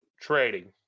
trading